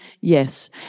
Yes